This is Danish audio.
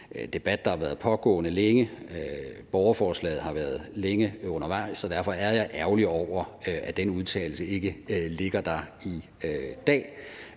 debat, der har pågået længe. Borgerforslaget har været længe undervejs, og derfor er jeg ærgerlig over, at den udtalelse ikke ligger der i dag.